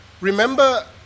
Remember